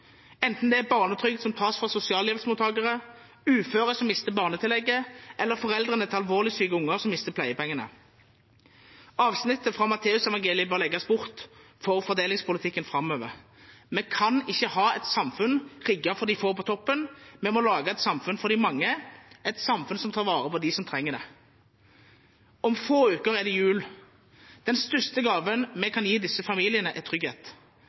enten det er barnetrygd som tas fra sosialhjelpsmottakere, uføre som mister barnetillegget, eller foreldrene til alvorlig syke unger som mister pleiepengene. Avsnittet fra Matteusevangeliet bør legges bort for fordelingspolitikken framover. Vi kan ikke ha et samfunn rigget for de få på toppen. Vi må lage et samfunn for de mange – et samfunn som tar vare på dem som trenger det. Om få uker er det jul. Den største gaven vi kan gi disse familiene, er trygghet,